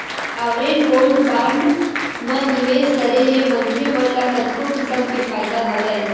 sovereign gold bond म निवेस करे ले मनखे मन ल कतको किसम के फायदा हवय